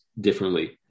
differently